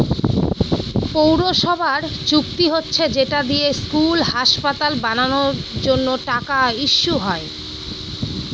পৌরসভার চুক্তি হচ্ছে যেটা দিয়ে স্কুল, হাসপাতাল বানানোর জন্য টাকা ইস্যু হয়